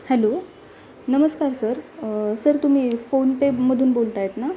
hello नमस्कार sir sir तुम्ही फोनपेमधून बोलत आहात ना